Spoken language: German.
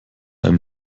einem